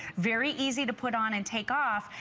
very easy to put on and take off,